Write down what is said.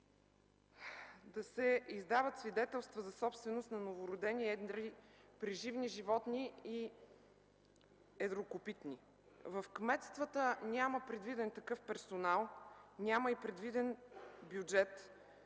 да се издават свидетелства за собственост на новородени едри преживни животни и едрокопитни. В кметствата няма предвиден такъв персонал, няма и предвиден бюджет